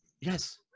Yes